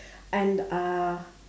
and uh